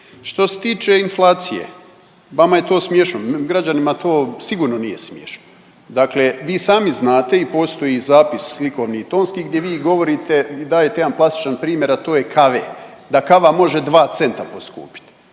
Što se tiče inflacije, vama je to smiješno, građanima to sigurno nije smiješno. Dakle vi sami znate i postoji zapis slikovni i tonski gdje vi govorite i dajete jedan plastičan primjer, a to je kave, da kava može 2 centa poskupit,